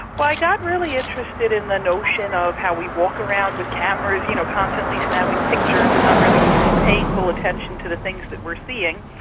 like really interested in the notion of how we walk around with cameras you know constantly snapping pictures and not really paying full attention to the things that we're seeing.